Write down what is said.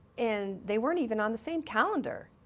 and they weren't even on the same calendar,